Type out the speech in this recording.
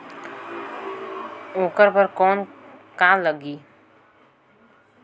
ओकर बर कौन का लगी?